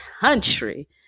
country